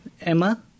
Emma